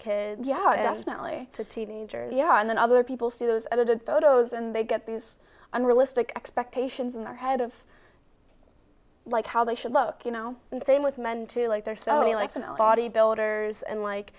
kids yeah definitely to teenagers yeah and then other people see those edited photos and they get these unrealistic expectations in their head of like how they should look you know and same with men too like they're somebody like nobody builders and like